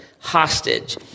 hostage